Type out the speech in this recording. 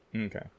Okay